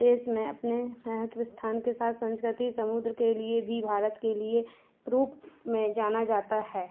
देश में अपने महत्व स्थान के साथ संस्कृति समुद्र के लिए भी भारत के लिए रूप में जाना जाता है